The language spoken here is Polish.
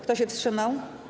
Kto się wstrzymał?